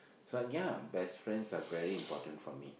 so yeah best friends are very important for me